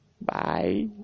Bye